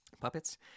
puppets